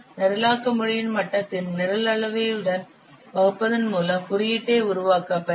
நிரலாக்க மொழியின் மட்டத்தின் நிரல் அளவையுடன் வகுப்பதன் மூலம் குறியீட்டை உருவாக்க பயன்படும்